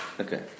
Okay